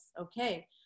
okay